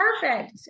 Perfect